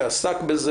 שעסק בזה.